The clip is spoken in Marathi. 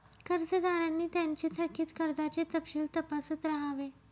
कर्जदारांनी त्यांचे थकित कर्जाचे तपशील तपासत राहावे